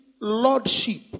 lordship